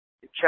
check